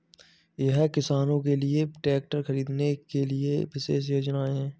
क्या किसानों के लिए ट्रैक्टर खरीदने के लिए विशेष योजनाएं हैं?